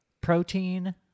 protein